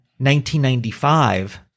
1995